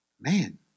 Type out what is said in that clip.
Man